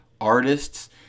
artists